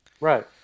Right